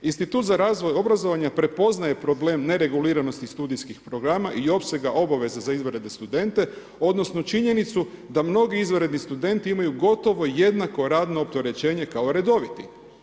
Institut za razvoj obrazovanja prepoznaje problem ne reguliranosti studijskih programa i opsega obveza za izvanredne studente odnosno činjenicu da mnogi izvanredni studenti imaju gotovo jednako radno opterećenje kao redoviti.